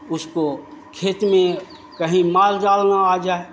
उसको खेत में कहीं माल जाल न आ जाए